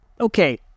Okay